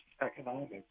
economics